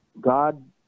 God